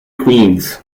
queens